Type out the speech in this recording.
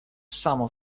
samo